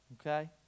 okay